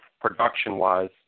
production-wise